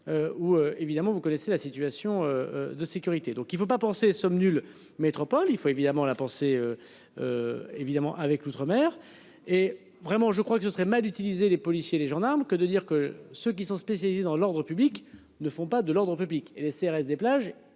Où, évidemment, vous connaissez la situation de sécurité donc il faut pas penser somme nulle métropole. Il faut évidemment la pensée. Évidemment avec l'outre-mer et vraiment je crois que ce serait mal utiliser les policiers, les gendarmes que de dire que ceux qui sont spécialisés dans l'Ordre public ne font pas de l'ordre public et les CRS des plages,